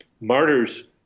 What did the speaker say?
martyrs